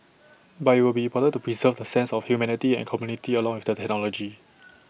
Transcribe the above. but IT will be important to preserve the sense of humanity and community along with the technology